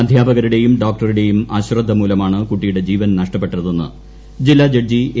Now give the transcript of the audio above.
അദ്ധ്യാപകരുടെയും ഡോക്ടറുടെയും അശ്രദ്ധ മൂലമാണ് കുട്ടിയുടെ ജീവൻ നഷ്ടപ്പെട്ടതെന്ന് ജില്ലാ ജഡ്ജി എ